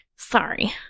Sorry